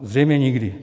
Zřejmě nikdy.